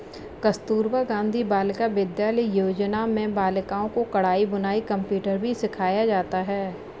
कस्तूरबा गाँधी बालिका विद्यालय योजना में बालिकाओं को कढ़ाई बुनाई कंप्यूटर भी सिखाया जाता है